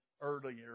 earlier